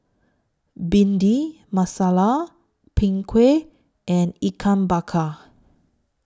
Bhindi Masala Png Kueh and Ikan Bakar